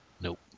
nope